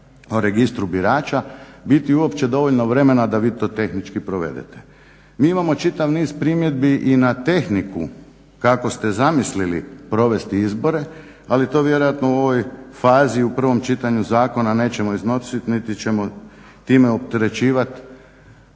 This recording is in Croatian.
o registru birača biti uopće dovoljno vremena da vi to tehnički provedete. Mi imao čitav niz primjedbi i na tehniku kako ste zamislili provesti izbore, ali to vjerojatno u ovoj fazi, u prvom čitanju zakona nećemo iznosit niti ćemo time opterećivat